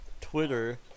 Twitter